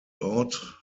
out